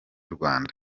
rwanda